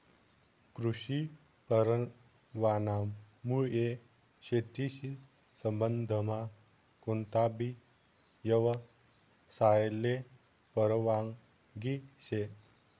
कृषी परवानामुये शेतीशी संबंधमा कोणताबी यवसायले परवानगी शे